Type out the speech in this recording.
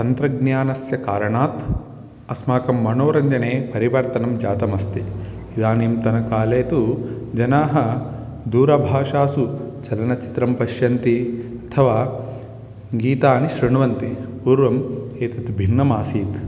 तन्त्रज्ञानस्य कारणात् अस्माकं मनोरञ्जने परिवर्तनं जातमस्ति इदानीन्तनकाले तु जनाः दूरभाषासु चलनचित्रं पश्यन्ति अथवा गीतानि शृण्वन्ति पूर्वम् एतद् भिन्नम् आसीत्